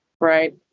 right